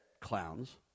clowns